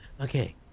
Okay